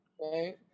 right